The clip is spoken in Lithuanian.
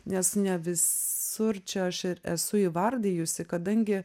nes ne visur čia aš ir esu įvardijusi kadangi